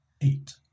eight